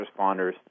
responders